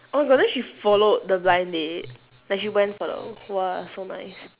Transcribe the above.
oh my god then she followed the blind date like she went for the !wah! so nice